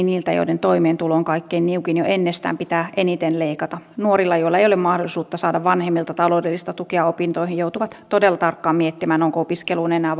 niiltä joiden toimeentulo on kaikkein niukin jo ennestään pitää eniten leikata nuoret joilla ei ole mahdollisuutta saada vanhemmilta taloudellista tukea opintoihin joutuvat todella tarkkaan miettimään onko opiskeluun enää